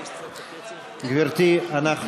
גברתי, אנחנו